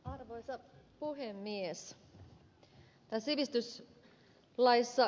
arvoisa puhemies